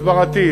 הסברתית,